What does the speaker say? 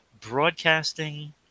broadcasting